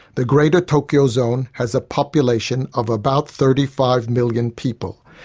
the greater tokyo zone has a population of about thirty five million people,